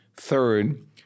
Third